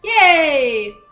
Yay